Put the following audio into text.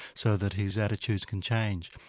so that his attitudes can change.